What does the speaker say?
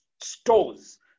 stores